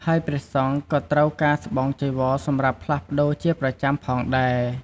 ហើយព្រះសង្ឃក៏ត្រូវការស្បង់ចីវរសម្រាប់ផ្លាស់ប្ដូរជាប្រចាំផងដែរ។